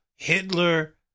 Hitler